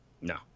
No